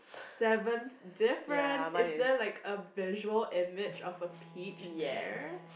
seventh difference is there like a visual in meet of a peach there